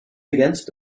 against